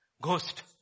Ghost